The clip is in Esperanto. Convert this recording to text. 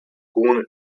kun